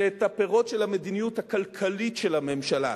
שאת הפירות של המדיניות הכלכלית של הממשלה,